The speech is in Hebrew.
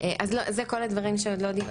אלה כל הדברים שעוד לא דיברנו,